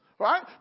Right